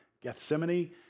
Gethsemane